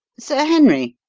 sir henry,